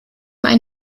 ein